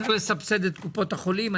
צריך לסבסד את קופות החולים.